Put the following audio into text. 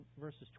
verses